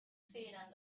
federn